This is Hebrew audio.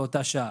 לאותה שעה.